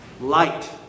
light